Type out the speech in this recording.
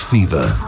Fever